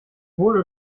wohl